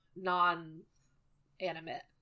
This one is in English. non-animate